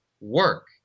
work